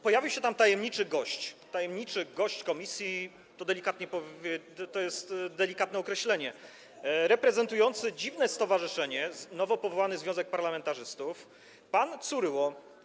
Pojawił się tam tajemniczy gość - tajemniczy gość komisji to jest delikatne określenie - reprezentujący dziwne stowarzyszenie, nowo powołany związek parlamentarzystów, pan Curyło.